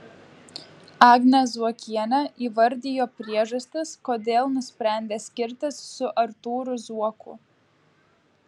agnė zuokienė įvardijo priežastis kodėl nusprendė skirtis su artūru zuoku